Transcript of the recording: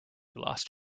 lost